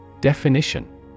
Definition